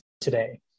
today